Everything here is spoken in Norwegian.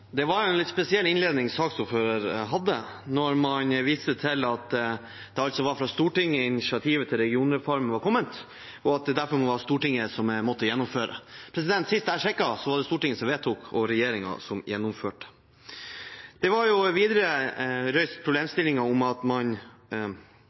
var en litt spesiell innledning saksordføreren hadde, når han viste til at det var fra Stortinget initiativet til regionreform hadde kommet, og at det derfor var Stortinget som måtte gjennomføre. Sist jeg sjekket, var det Stortinget som vedtok, og regjeringen som gjennomførte. Det var